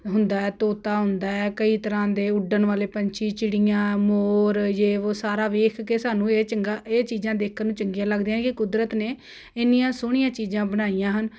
ਹੁੰਦਾ ਹੈ ਤੋਤਾ ਹੁੰਦਾ ਹੈ ਕਈ ਤਰ੍ਹਾਂ ਦੇ ਉੱਡਣ ਵਾਲੇ ਪੰਛੀ ਚਿੜੀਆਂ ਮੋਰ ਯੇ ਵੋ ਸਾਰਾ ਵੇਖ ਕੇ ਸਾਨੂੰ ਇਹ ਚੰਗਾ ਇਹ ਚੀਜ਼ਾਂ ਦੇਖਣ ਨੂੰ ਚੰਗੀਆਂ ਲੱਗਦੀਆਂ ਕਿ ਕੁਦਰਤ ਨੇ ਇੰਨੀਆਂ ਸੋਹਣੀਆਂ ਚੀਜ਼ਾਂ ਬਣਾਈਆਂ ਹਨ